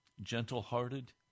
gentle-hearted